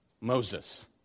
Moses